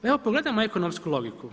Evo pogledajmo ekonomsku logiku.